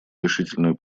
решительную